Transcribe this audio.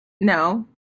No